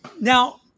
Now